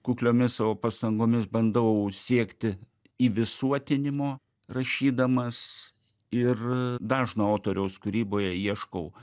kukliomis savo pastangomis bandau siekti įvisuotinimo rašydamas ir dažno autoriaus kūryboje ieškau